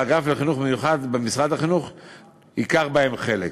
והאגף לחינוך מיוחד במשרד החינוך ייקח בהם חלק.